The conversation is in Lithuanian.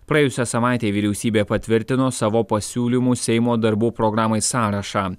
praėjusią savaitę vyriausybė patvirtino savo pasiūlymų seimo darbų programai sąrašą